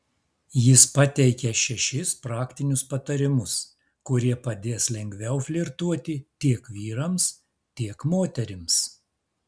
jis pateikia šešis praktinius patarimus kurie padės lengviau flirtuoti tiek vyrams tiek moterims